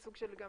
סוג של גם